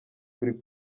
turi